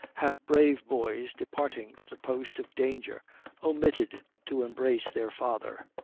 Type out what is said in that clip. have brave boys departing to the post of danger omitted to embrace their father?